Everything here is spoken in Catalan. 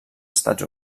estats